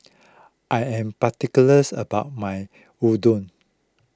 I am particular about my Unadon